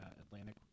Atlantic